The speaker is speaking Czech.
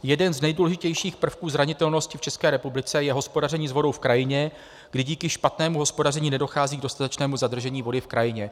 Jeden z nejdůležitějších prvků zranitelnosti v České republice je hospodaření s vodou v krajině, kdy díky špatnému hospodaření nedochází k dostatečnému zadržení vody v krajině.